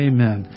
Amen